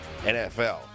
NFL